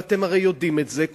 ואתם הרי יודעים את זה,